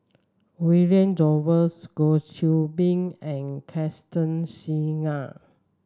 William Jervois Goh Qiu Bin and Constance Singam